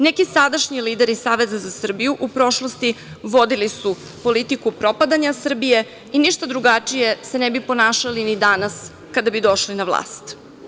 Neki sadašnji lideri Saveza za Srbiju u prošlosti vodili su politiku propadanja Srbije i ništa drugačije se ne bi ponašali ni danas kada bi došli na vlast.